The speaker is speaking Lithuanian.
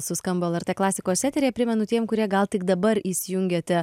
suskambo lrt klasikos eteryje primenu tiem kurie gal tik dabar įsijungėte